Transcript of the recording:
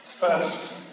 First